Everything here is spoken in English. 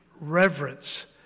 reverence